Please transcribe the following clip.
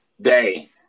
day